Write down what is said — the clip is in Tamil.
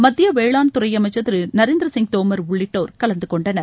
மத்திய வேளாண்துறை அமைச்சர் திரு நரேந்திரசிங் தோமர் உள்ளிட்டோர் கலந்துகொண்டனர்